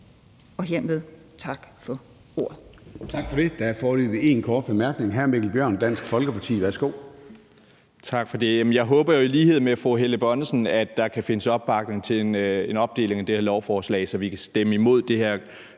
Hermed tak for ordet.